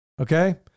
okay